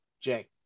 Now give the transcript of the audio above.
Jay